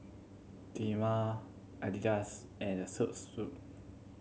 Dilmah Adidas and The